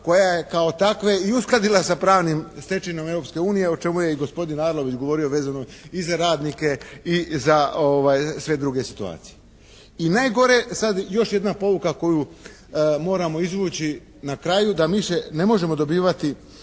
koja je kao takve i uskladila sa pravnim stečevinama Europske unije o čemu je i gospodin Arlović govorio vezano i za radnike i za sve druge situacije. I najgore sad još jedna pouka koju moramo izvući na kraju da više ne možemo dobivati